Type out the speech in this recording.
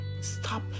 Stop